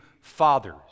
fathers